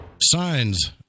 Signs